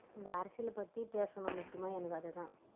இந்த அரசியலை பற்றி பேசணும் முக்கியமாக எனக்கு அதுதான்